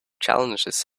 challenges